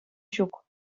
ҫук